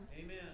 Amen